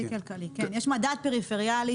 יש מדד פריפריאלי.